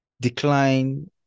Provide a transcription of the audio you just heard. decline